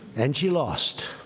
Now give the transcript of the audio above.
and she lost.